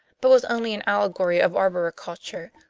but was only an allegory of arboriculture,